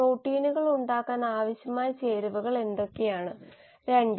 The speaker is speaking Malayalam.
പ്രോട്ടീനുകൾ ഉണ്ടാക്കാൻ ആവശ്യമായ ചേരുവകൾ എന്തൊക്കെയാണ് 2